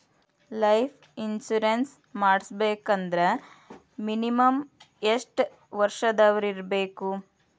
Life insurance ಮಾಡ್ಸ್ಬೇಕಂದ್ರ minimum ಯೆಷ್ಟ್ ವರ್ಷ ದವ್ರಿರ್ಬೇಕು?